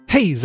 Hey